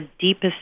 deepest